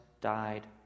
died